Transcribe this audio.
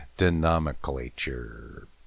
nomenclature